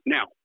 Now